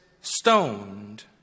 stoned